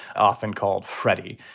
often called freddie.